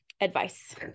advice